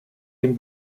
den